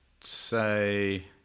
say